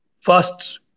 first